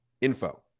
info